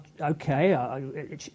Okay